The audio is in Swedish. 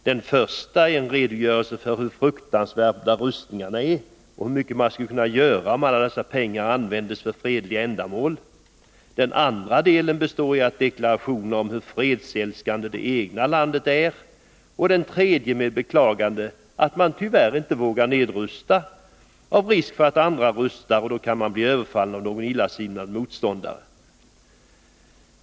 Den första är en redogörelse för hur fruktansvärda rustningarna är och hur mycket man skulle kunna göra om alla dessa pengar användes för fredliga ändamål. Den andra delen består av en deklaration om hur fredsälskande det egna landet är och den tredje av ett beklagande av att man tyvärr inte vågar nedrusta, av risk för att andra rustar — och då kan man bli överfallen av någon illasinnad motståndare.